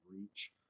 reach